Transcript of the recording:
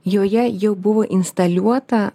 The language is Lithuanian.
joje jau buvo instaliuota